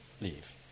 leave